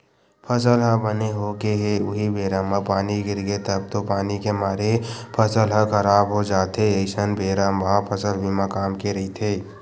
फसल ह बने होगे हे उहीं बेरा म पानी गिरगे तब तो पानी के मारे फसल ह खराब हो जाथे अइसन बेरा म फसल बीमा काम के रहिथे